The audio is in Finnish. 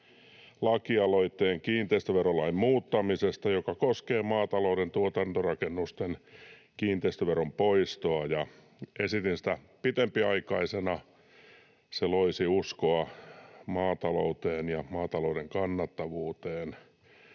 lakialoitteen kiinteistöverolain muuttamisesta, joka koskee maatalouden tuotantorakennusten kiinteistöveron poistoa, ja esitin sitä pidempiaikaisena. Se loisi uskoa maatalouteen ja maatalouden kannattavuuteen.